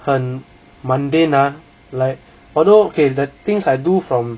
很 mundane ah like although okay the things I do from